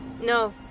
No